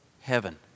Heaven